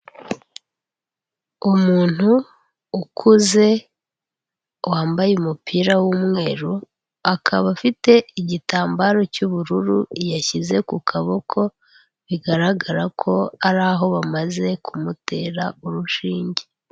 Umuntu ukuze wambaye umupira w'umweru, akaba afite igitambaro cy'ubururu yashyize ku kaboko, bigaragara ko ari aho bamaze kumutera urushinge.